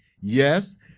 Yes